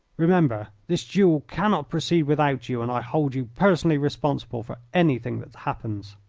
remember, this duel cannot proceed without you, and i hold you personally responsible for anything that happens.